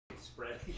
spread